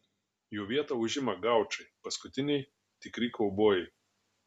jo vietą užima gaučai paskutiniai tikri kaubojai